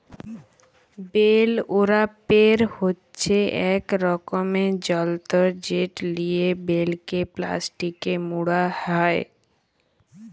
bell wrapper হছে ইক রকমের যল্তর যেট লিয়ে বেলকে পেলাস্টিকে মুড়া হ্যয়